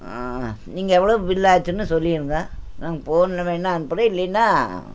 நீங்கள் எவ்வளோ பில் ஆயிச்சுனு சொல்லிருங்க நாங்கள் போனில் வேணுணா அனுப்புறேன் இல்லைனா